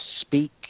speak